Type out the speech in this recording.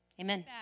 Amen